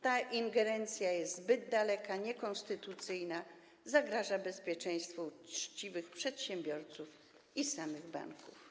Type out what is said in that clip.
Ta ingerencja jest zbyt daleka, niekonstytucyjna, zagraża bezpieczeństwu uczciwych przedsiębiorców i samych banków.